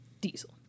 Diesel